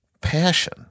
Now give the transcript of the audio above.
passion